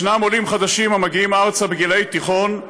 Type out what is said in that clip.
יש עולים חדשים המגיעים ארצה בגילי תיכון,